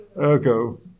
ergo